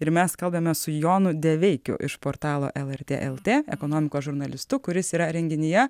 ir mes kalbame su jonu deveikiu iš portalo lrt lt ekonomikos žurnalistu kuris yra renginyje